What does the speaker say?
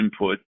input